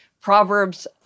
proverbs